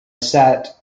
sat